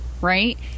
right